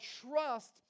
trust